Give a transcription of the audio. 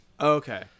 Okay